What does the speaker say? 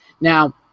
Now